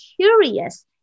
curious